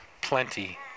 plenty